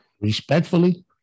Respectfully